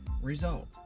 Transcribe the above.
Result